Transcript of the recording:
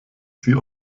sie